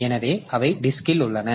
எனவே அவை டிஸ்க்ல் உள்ளன